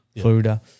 Florida